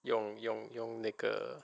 用用用那个